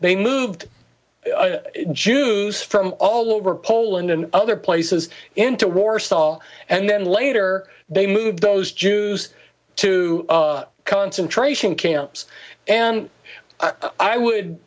they moved jews from all over poland and other places into warsaw and then later they moved those jews to concentration camps and i would